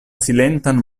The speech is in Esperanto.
silentan